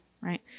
Right